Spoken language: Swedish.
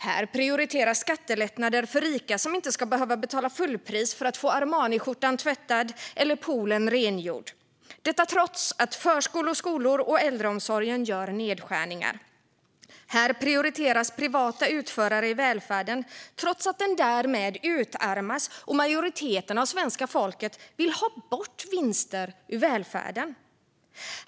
Här prioriteras skattelättnader för rika som inte ska behöva betala fullpris för att få Armaniskjortan tvättad eller poolen rengjord, detta trots att förskolor, skolor och äldreomsorgen gör nedskärningar. Här prioriteras privata utförare i välfärden trots att den därmed utarmas och majoriteten av svenska folket vill ha bort vinster ur välfärden.